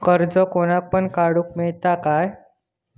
कर्ज कोणाक पण काडूक मेलता काय?